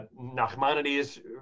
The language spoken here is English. Nachmanides